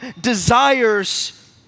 desires